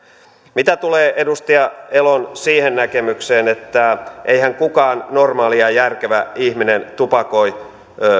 mitä tulee edustaja elon siihen näkemykseen että eihän kukaan normaali ja järkevä ihminen tupakoi